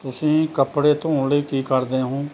ਤੁਸੀਂ ਕੱਪੜੇ ਧੋਣ ਲਈ ਕੀ ਕਰਦੇ ਹੋ